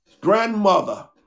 grandmother